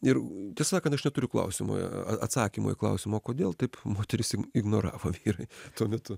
ir tiesą sakant aš turiu klausimo atsakymo į klausimą kodėl taip moteris ignoravo vyrai tuo metu